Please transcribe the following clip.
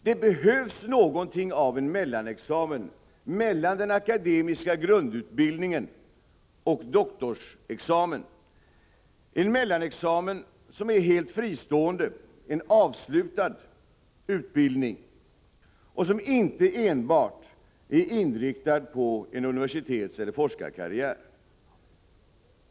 Det behövs en mellanexamen mellan den akademiska grundutbildningen och doktorsexamen, en mellanexamen som är helt fristående — en avslutad utbildning, som inte enbart är inriktad på en universitetseller forskarkarriär.